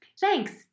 Thanks